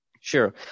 sure